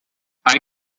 hay